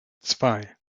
zwei